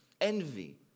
envy